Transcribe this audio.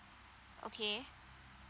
okay